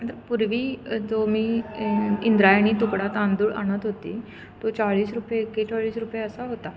आता पूर्वी जो मी इंद्रायणी तुकडा तांदूळ आणत होती तो चाळीस रुपये एकेचाळीस रुपये असा होता